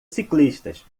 ciclistas